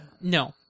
No